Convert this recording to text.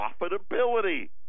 profitability